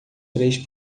três